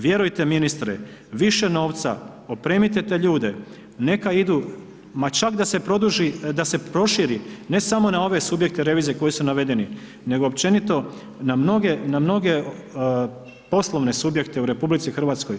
Vjerujte ministre, više novca, opremite te ljude, neka idu, ma čak da se produži, da se proširi, ne samo na ove subjekte revizije koji su navedeni, nego općenito na mnoge poslovne subjekte u RH.